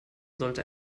sollte